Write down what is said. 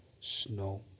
snow